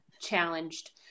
challenged